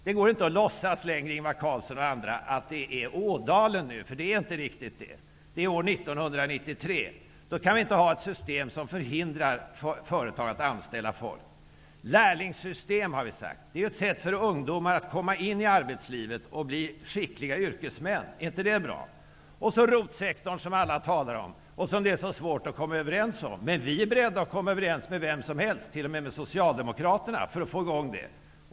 Det går inte att låtsas längre, Ingvar Carlsson och andra, att det är som i Ådalen. Det är inte riktigt så, utan det är år 1993. Då kan vi inte ha ett system som förhindrar företag att anställa folk. Lärlingssystem är ett sätt för ungdomar att komma in i arbetslivet och bli skickliga yrkesmän. Är inte det bra? Sedan har vi ROT-sektorn, som alla talar om och som det är så svårt att komma överens om. Men vi är bereda att komma överens med vem som helst -- t.o.m. Socialdemokraterna -- för att få i gång den.